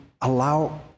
allow